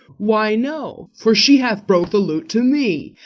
why, no for she hath broke the lute to me.